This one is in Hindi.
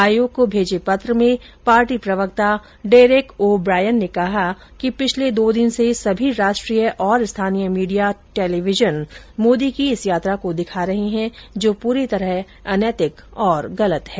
आयोग को भेजे पत्र में पार्टी प्रवक्ता डेरेक ओ ब्रायन ने कहा है कि पिछले दो दिन से सभी राष्ट्रीय और स्थानीय मीडिया टेलीविजन मोदी की इस यात्रा को दिखा रहे हैं जो पूरी तरह अनैतिक और गलत है